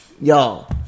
Y'all